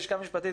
הלשכה המשפטית,